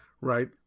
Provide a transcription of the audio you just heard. right